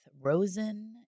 Rosen